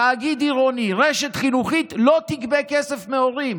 תאגיד עירוני, רשת חינוכית, לא יגבו כסף מהורים.